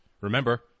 Remember